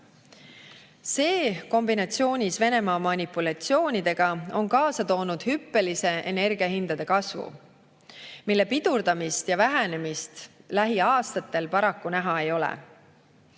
See, kombinatsioonis Venemaa manipulatsioonidega, on kaasa toonud hüppelise energiahindade kasvu, mille pidurdamist ja vähenemist lähiaastatel paraku näha ei ole.